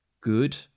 good